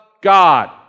God